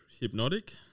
Hypnotic